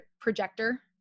projector